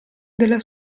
della